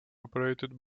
operated